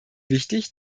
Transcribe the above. wichtig